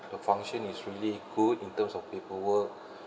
the function is really good in terms of paperwork